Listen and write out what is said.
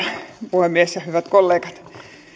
puhemies hyvät kollegat